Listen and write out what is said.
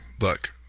Look